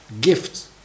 gifts